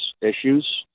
issues